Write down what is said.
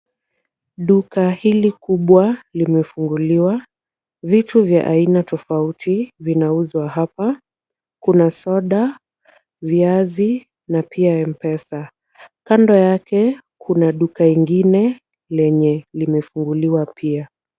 Duka, hili kubwa limefunguliwa. Vitu vya aina tofauti vinauzwa hapa. Kuna soda, viazi, na pia M-Pesa. Kando yake, kuna duka ingine lenye limefunguliwa pia.